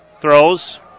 Throws